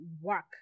work